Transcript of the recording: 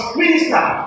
minister